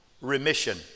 remission